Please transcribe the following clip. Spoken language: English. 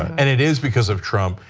and it is because of trump,